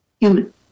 human